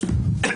חמישה נגד.